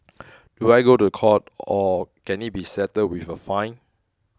do I go to court or can it be settled with a fine